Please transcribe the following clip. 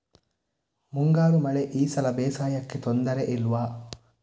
ಮುಂಗಾರು ಮಳೆ ಈ ಸಲ ಬೇಸಾಯಕ್ಕೆ ತೊಂದರೆ ಇಲ್ವ?